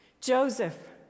Joseph